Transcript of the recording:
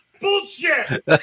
Bullshit